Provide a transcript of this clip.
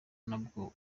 wabwo